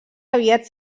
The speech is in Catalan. aviat